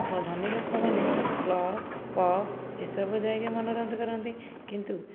ଓ ଧନୀ ଲୋକମାନେ club pub ଏସବୁ ଯାଇକି ମନୋରଞ୍ଜନ କରନ୍ତି କିନ୍ତୁ